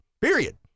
period